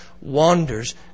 wanders